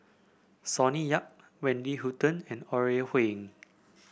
Sonny Yap Wendy Hutton and Ore Huiying